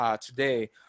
today